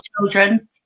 children